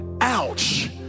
Ouch